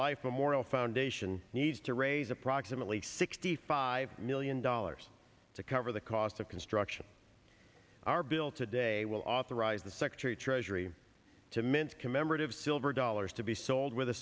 life memorial foundation needs to raise approximately sixty five million dollars to cover the cost of construction are built today will authorize the secretary treasury to mint commemorative silver dollars to be sold with a